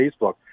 Facebook